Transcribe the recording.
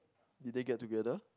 did they get together